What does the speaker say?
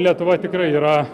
lietuva tikrai yra